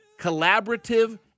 Collaborative